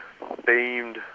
themed